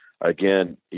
again